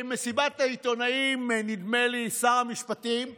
במסיבת העיתונאים, נדמה לי, שר המשפטים ואמר,